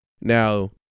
Now